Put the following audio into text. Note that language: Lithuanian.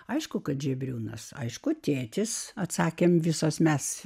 aišku kad žebriūnas aišku tėtis atsakėme visos mes